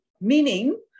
meaning